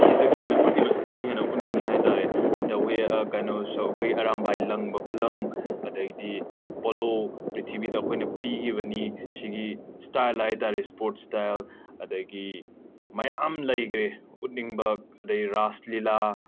ꯁꯤꯗꯒꯤ ꯍꯦꯟꯅ ꯎꯠꯂꯤꯕꯁꯤꯗꯒꯤ ꯍꯦꯟꯅ ꯎꯠꯅꯤꯡꯉꯤ ꯍꯥꯏꯇꯥꯔꯦ ꯗ ꯋꯦ ꯀꯩꯅꯣꯁꯨ ꯑꯩꯈꯣꯏꯒꯤ ꯑꯔꯥꯝꯕꯥꯏ ꯂꯪꯕ ꯈꯨꯠꯂꯪ ꯑꯗꯩꯗꯤ ꯄꯣꯂꯣ ꯄ꯭ꯔꯤꯊꯤꯕꯤꯗ ꯑꯩꯈꯣꯏꯅ ꯄꯤꯈꯤꯕꯅꯤ ꯁꯤꯒꯤ ꯁ꯭ꯇꯥꯏꯜ ꯍꯥꯏꯇꯥꯔꯦ ꯁ꯭ꯄꯣꯔꯠꯁ ꯁ꯭ꯇꯥꯏꯜ ꯑꯗꯒꯤ ꯃꯌꯥꯝ ꯂꯩꯈ꯭ꯔꯦ ꯎꯠꯅꯤꯡꯕ ꯑꯗꯩ ꯔꯥꯁ ꯂꯤꯂꯥ